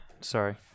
Sorry